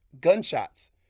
gunshots